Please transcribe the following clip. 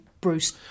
Bruce